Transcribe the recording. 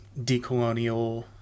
decolonial